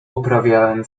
uprawiałem